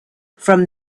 from